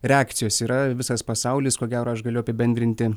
reakcijos yra visas pasaulis ko gero aš galiu apibendrinti